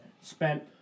spent